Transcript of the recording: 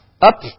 up